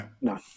No